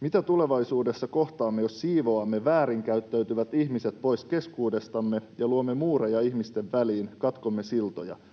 ”Mitä tulevaisuudessa kohtaamme, jos siivoamme väärin käyttäytyvät ihmiset pois keskuudestamme ja luomme muureja ihmisten väliin, katkomme siltoja.